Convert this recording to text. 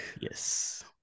Yes